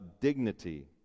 dignity